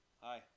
Hi